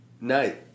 night